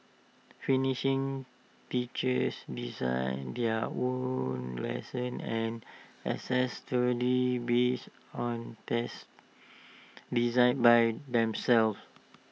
finnish teachers design their own lessons and assess students based on tests designed by themselves